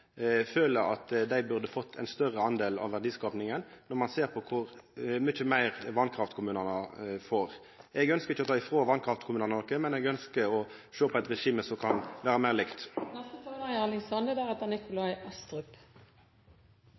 føler at dei burde fått ein større del av verdiskapinga når ein ser på kor mykje meir vasskraftkommunane får. Eg ønskjer ikkje ta frå vasskraftkommunane noko, men eg ønskjer å sjå på eit regime som kan vera meir